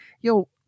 yo